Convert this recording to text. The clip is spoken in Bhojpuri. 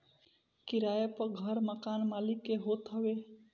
किराए पअ घर मकान मलिक के होत हवे